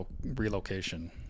relocation